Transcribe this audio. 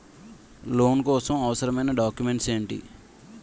Loan కోసం అవసరమైన documents ఎంటి?